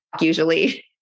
usually